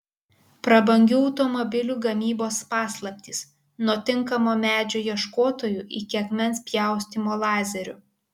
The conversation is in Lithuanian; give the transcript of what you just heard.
prabangių automobilių gamybos paslaptys nuo tinkamo medžio ieškotojų iki akmens pjaustymo lazeriu